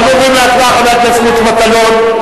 חבר הכנסת מוץ מטלון,